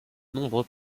nombreux